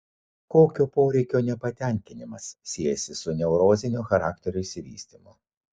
kokio poreikio nepatenkinimas siejasi su neurozinio charakterio išsivystymu